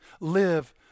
live